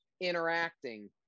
interacting